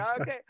Okay